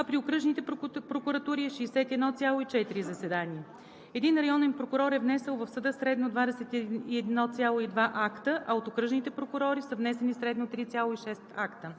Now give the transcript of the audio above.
при окръжните прокуратури е 61,4 заседания. Един районен прокурор е внесъл в съда средно 21,2 акта, а от окръжните прокурори са внесени средно 3,6 акта.